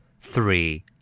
Three